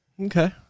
Okay